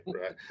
Right